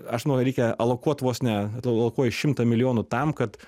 aš noriu reikia alokuot vos ne alokuoju šimtą milijonų tam kad